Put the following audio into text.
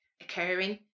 occurring